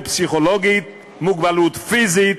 נוירופסיכולוגית, מוגבלות פיזית,